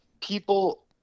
people